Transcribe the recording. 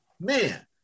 man